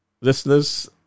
listeners